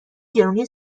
گرونی